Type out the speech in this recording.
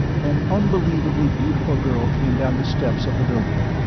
an unbelievably beautiful girl came down the steps of the building.